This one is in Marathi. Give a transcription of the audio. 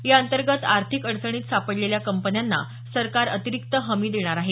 याअंतर्गत आर्थिक अडचणीत सापडलेल्या कंपन्यांना सरकार अतिरिक्त हमी देणार आहे